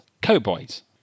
cowboys